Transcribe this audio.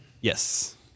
Yes